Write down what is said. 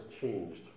changed